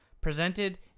presented